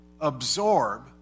absorb